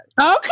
Okay